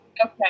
Okay